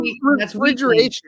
refrigeration